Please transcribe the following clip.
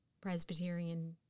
Presbyterian